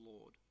Lord